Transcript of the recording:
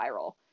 viral